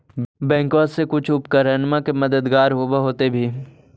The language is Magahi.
बैंकबा से कुछ उपकरणमा के मददगार होब होतै भी?